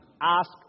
ask